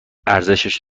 ارزشش